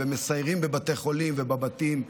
ומסיירים בבתי חולים ובבתים.